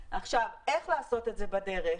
איך לעשות את זה בדרך?